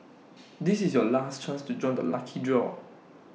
this is your last chance to join the lucky draw